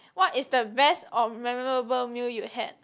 what is the best or memorable meal you had